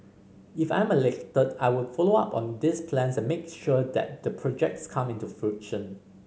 if I'm elected I will follow up on these plans and make sure that the projects come into fruition